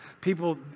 people